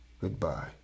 Goodbye